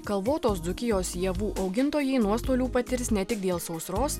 kalvotos dzūkijos javų augintojai nuostolių patirs ne tik dėl sausros